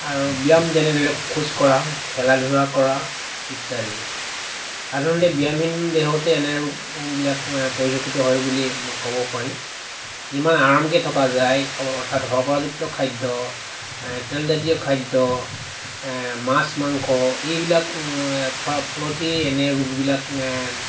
আৰু ব্যায়াম যেনে ধৰিলওক খোজকঢ়া খেলা ধূলা কৰা ইত্যাদি সাধাৰণতে ব্যায়ামহীন দেহতে এনে ৰোগবিলাক পৰিলক্ষিত হয় বুলি মই ক'ব পাৰি যিমান আৰামকৈ থকা যায় অৰ্থাৎ শৰ্কৰাযুক্ত খাদ্য তেলজাতীয় খাদ্য মাছ মাংস এইবিলাক খোৱাৰ ফলতেই এনে ৰোগবিলাক